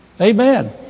Amen